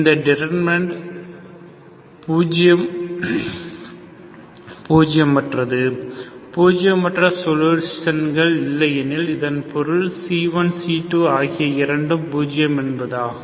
இந்த டிடர்மினன்ட் பூஜ்யமற்றது பூஜ்யமற்ற சொலுஷன்கள் இல்லையெனில் இதன் பொருள் c1 c2 ஆகியவை 0 என்பதாகும்